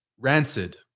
Rancid